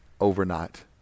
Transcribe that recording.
overnight